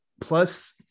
plus